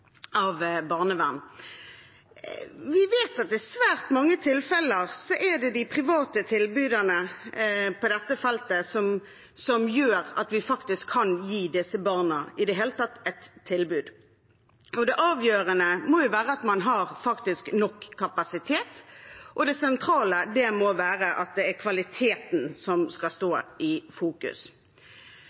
av barnevernet. Vi vet at i svært mange tilfeller er det de private tilbyderne på dette feltet som gjør at vi i det hele tatt kan gi disse barna et tilbud. Det avgjørende må være at man har nok kapasitet, og det sentrale må være at det er kvaliteten som skal stå i fokus.